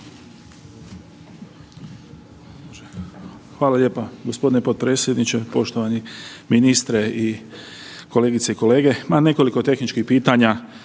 Hvala lijepa gospodine potpredsjedniče. Poštovani ministre i kolegice i kolege, ma nekoliko tehničkih pitanja